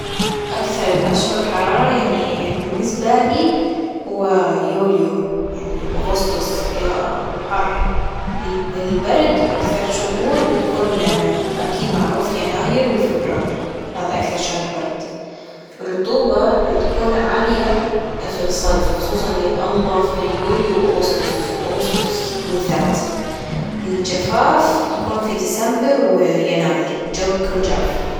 أكثر الأشهر حرارة يعني بالنسبة لي هو يوليو يعني وأغسطس ياااه حر، البرد أكثر شهور بتكون أكيد معروف يناير وفبراير هذا أكثر شهر برد، الرطوبة بتكون عالية في الصيف وخصوصا يا الله في يوليو وأغسطس أغسطس بالذات، الجفاف بيكون في ديسمبر ويناير الجو بيكون جاف.